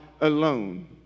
alone